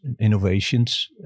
innovations